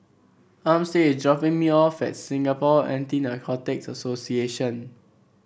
Armstead is dropping me off at Singapore Anti Narcotics Association